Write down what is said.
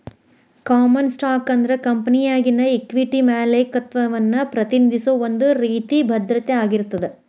common stock ಅಂದ್ರ ಕಂಪೆನಿಯಾಗಿನ equity ಮಾಲೇಕತ್ವವನ್ನ ಪ್ರತಿನಿಧಿಸೋ ಒಂದ್ ರೇತಿ ಭದ್ರತೆ ಆಗಿರ್ತದ